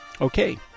Okay